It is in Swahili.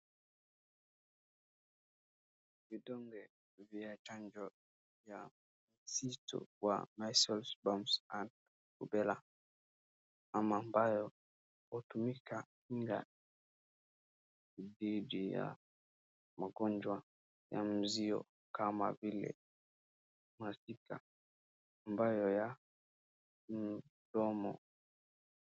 Vidonge vya chanjo ya mzito wa mumps na rubella ambayo hutumika kinga dhidi ya magonjwa ya mzio kama vile mashika ambayo ya mdomo.